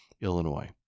Illinois